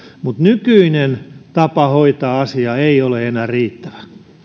nykyinen tapa hoitaa asiaa ei ole enää riittävä